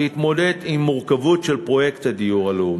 להתמודד עם המורכבות של פרויקט הדיור הלאומי,